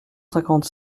cinquante